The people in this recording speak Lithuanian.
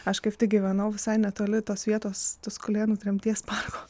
aš kaip tik gyvenau visai netoli tos vietos tuskulėnų rimties parko